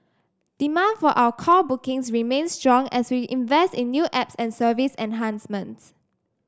demand for our call bookings remains strong as we invest in new apps and service enhancements